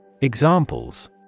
Examples